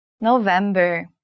november